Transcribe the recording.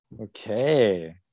okay